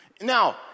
Now